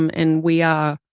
um and we are,